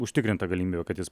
užtikrinta galimybė kad jis